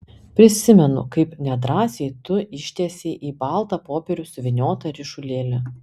prisimenu kaip nedrąsiai tu ištiesei į baltą popierių suvyniotą ryšulėlį